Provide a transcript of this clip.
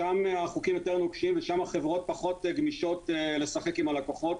שם החוקים יותר נוקשים ושם החברות פחות גמישות לשחק עם הלקוחות